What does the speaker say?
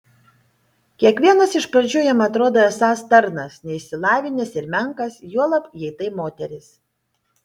kiekvienas iš pradžių jam atrodo esąs tarnas neišsilavinęs ir menkas juolab jei tai moteris